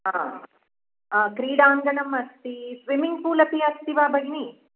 क्रीडाङ्गणम् अस्ति swimming pool अपि अस्ति वा भगिनी